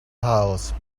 house